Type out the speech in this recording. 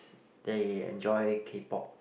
they enjoy K-Pop